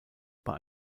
bei